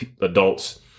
adults